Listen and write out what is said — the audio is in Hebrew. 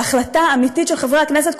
בהחלטה אמיתית של חברי הכנסת,